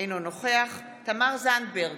אינו נוכח תמר זנדברג,